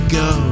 go